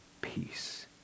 peace